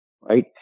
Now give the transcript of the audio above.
right